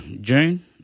June